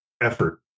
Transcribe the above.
Effort